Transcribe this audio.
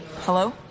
Hello